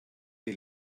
die